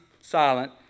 silent